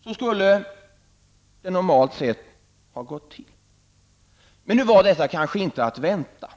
Så skulle det normalt sett ha gått till. Men nu var detta kanske inte att vänta.